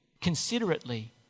considerately